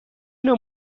نوع